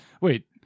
wait